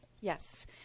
Yes